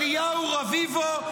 אליהו רביבו,